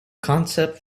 concept